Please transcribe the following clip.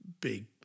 big